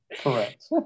Correct